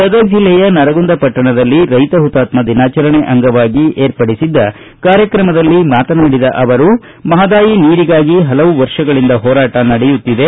ಗದಗ್ ಜಿಲ್ಲೆಯ ನರಗುಂದ ಪಟ್ಟಣದಲ್ಲಿ ರೈತ ಮತಾತ್ಮ ದಿನಾಚರಣೆ ಅಂಗವಾಗಿ ಏರ್ಪಡಿಸಿದ್ದ ಕಾರ್ಯಕ್ರಮದಲ್ಲಿ ಮಾತನಾಡಿದ ಅವರು ಮಹದಾಯಿ ನೀರಿಗಾಗಿ ಹಲವು ವರ್ಷಗಳಿಂದ ಹೋರಾಟ ನಡೆಯುತ್ತಿದೆ